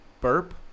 burp